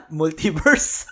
multiverse